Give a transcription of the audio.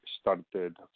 started